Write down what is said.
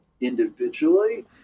individually